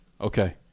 Okay